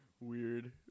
Weird